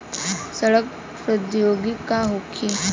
सड़न प्रधौगिकी का होखे?